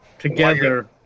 Together